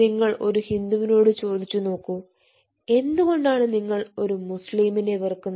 നിങ്ങൾ ഒരു ഹിന്ദുവിനോട് ചോദിച്ചു നോക്കു എന്തുകൊണ്ടാണ് നിങ്ങൾ ഒരു മുസ്ലീമിനെ വെറുക്കുന്നത്